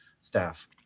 staff